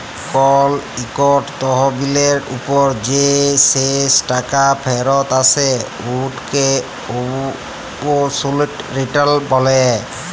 call ইকট তহবিলের উপর যে শেষ টাকা ফিরত আসে উটকে অবসলুট রিটার্ল ব্যলে